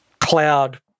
cloud